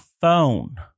phone